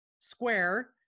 square